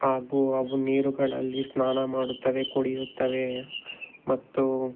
ಹಾಗೂ ಅವು ನೀರುಗಳಲ್ಲಿ ಸ್ನಾನ ಮಾಡುತ್ತವೆ ಕುಡಿಯುತ್ತವೆ ಮತ್ತು